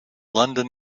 london